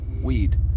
weed